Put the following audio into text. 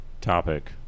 topic